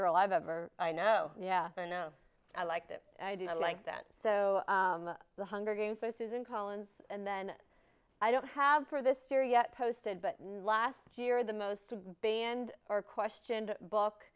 girl i've ever i know yeah i know i liked it i didn't like that so the hunger games by susan collins and then i don't have for this year yet posted but last year the most to be end or questioned book